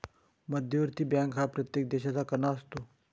मध्यवर्ती बँक हा प्रत्येक देशाचा कणा असतो